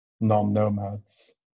non-nomads